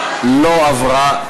הגבלת התקופה לבירור התביעה) לא עברה.